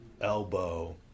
elbow